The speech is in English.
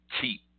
cheap